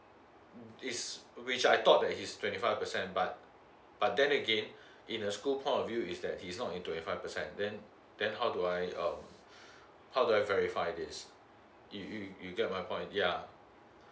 is which I thought that he's twenty five percent but but then again in the school point of view is that he's not in twenty five percent then then how do I uh how do I verify this if you you get my point yeah